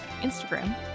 Instagram